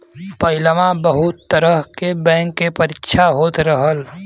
पहिलवा बहुत तरह के बैंक के परीक्षा होत रहल